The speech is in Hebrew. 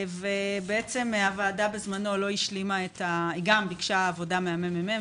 הוועדה בזמנו גם ביקשה עבודה מהממ"מ,